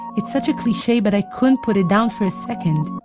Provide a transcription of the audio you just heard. it's such a cliche, but i couldn't put it down for a second.